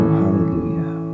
hallelujah